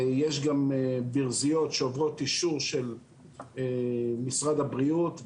יש גם ברזיות שעוברות אישור של משרד הבריאות.